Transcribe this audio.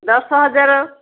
ଦଶ ହଜାର